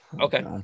Okay